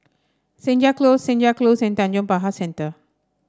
Senja Close Senja Close and Tanjong Pagar Centre